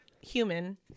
human